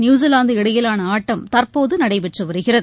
New Zealand இடையிலானஆட்டம் தற்போதுநடைபெற்றுவருகிறது